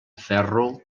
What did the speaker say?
ferro